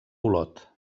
olot